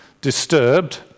disturbed